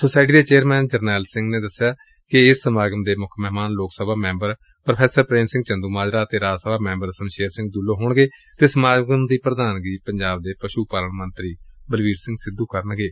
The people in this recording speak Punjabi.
ਸੋਸਾਇਟੀ ਦੇ ਚੇਅਰਮੈਨ ਜਰਨੈਲ ਸਿੰਘ ਨੇ ਦਸਿਆ ਕਿ ਏਸ ਸਮਾਗਮ ਦੇ ਮੁੱਖ ਮਹਿਮਾਨ ਲੋਕ ਸਭਾ ਮੈਂਬਰ ਪ੍ਰੋ ਪ੍ਰੇਮ ਸਿੰਘ ਚੰਦੁਮਾਜਰਾ ਅਤੇ ਰਾਜ ਸਭਾ ਮੈਬਰ ਸਮਸੇਰ ਸਿੰਘ ਦੁਲੋ ਹੋਣਗੇ ਤੇ ਸਮਾਗਮ ਦੀ ਪ੍ਰਧਾਨਗੀ ਪੰਜਾਬ ਦੇ ਪਸ਼ੁ ਪਾਲਣ ਮੰਤਰੀ ਬਲਬੀਰ ਸਿੰਘ ਸਿੱਧੂ ਕਰਨਗੇ